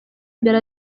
imbere